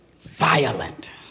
Violent